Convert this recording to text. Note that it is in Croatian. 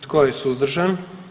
Tko je suzdržan?